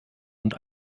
und